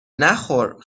نخور